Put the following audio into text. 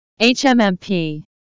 HMMP